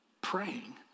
Praying